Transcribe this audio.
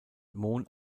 mohn